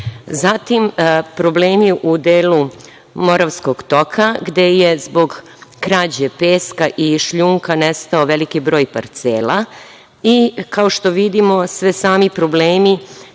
problemi u delu Moravskog toka gde je zbog krađe peska i šljunka nestao veliki broj parcela. Kao što vidimo, sve sami problemi